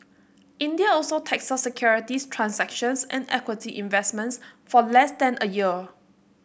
India also taxes securities transactions and equity investments for less than a year